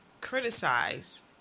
criticize